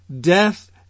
death